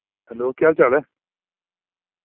hello केह् हाल चाल ऐ